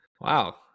Wow